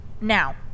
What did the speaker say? Now